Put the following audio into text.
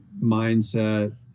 mindset